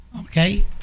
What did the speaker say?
Okay